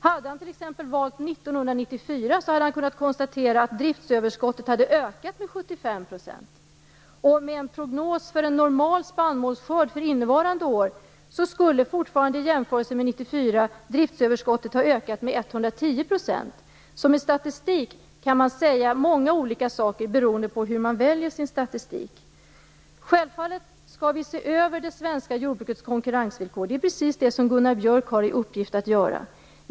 Hade han t.ex. valt 1994 hade han kunnat konstatera att driftsöverskottet ökat med 75 %. Vid en prognos för en normal spannmålsskörd för innevarande år skulle fortfarande i jämförelse med 1994 driftsöverskottet ha ökat med 110 %. Med statistik kan man alltså säga många olika saker beroende på hur man väljer utgångspunkter. Självfallet skall vi se över det svenska jordbrukets konkurrensvillkor. Det är vad Gunnar Björk har i uppgift att göra.